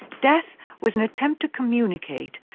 death was an attempt to communicate.